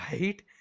right